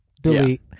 delete